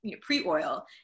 pre-oil